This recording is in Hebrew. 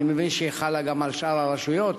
אני מבין שהיא חלה גם על שאר הרשויות.